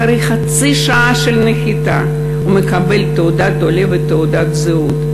אחרי חצי שעה מהנחיתה הוא מקבל תעודת עולה ותעודת זהות.